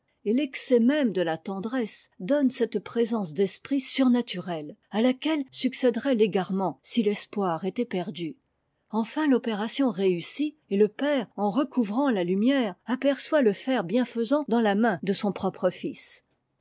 et l'excès même de la tendresse donne cette présence d'esprit surnaturelle à laquelle succéderait l'égarement si l'espoir était perdu enfin l'opération réussit et le père en recouvrant la lumière aperçoit le fer bienfaisant dans la main de son propre os